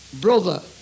Brother